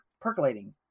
percolating